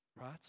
right